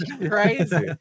Crazy